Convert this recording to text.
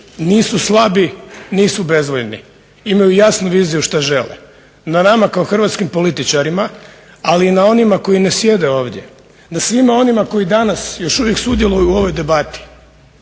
nisu slabi, nisu bezvoljni, imaju jasnu viziju što žele. Na nama kao hrvatskim političarima, ali i na onima koji ne sjede ovdje, na svima onima koji danas još uvijek sudjeluju u ovoj debati